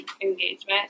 engagement